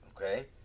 Okay